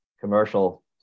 commercial